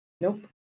Nope